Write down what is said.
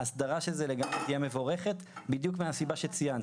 ההסדרה של זה תהיה מבורכת בדיוק מהסיבה שציינת.